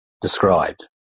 described